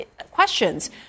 questions